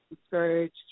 discouraged